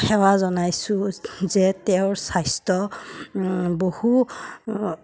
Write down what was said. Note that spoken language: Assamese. সেৱা জনাইছোঁ যে তেওঁৰ স্বাস্থ্য বহু